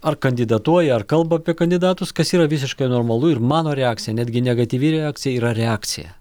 ar kandidatuoja ar kalba apie kandidatus kas yra visiškai normalu ir mano reakcija netgi negatyvi reakcija yra reakcija